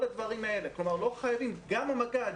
גם המגע,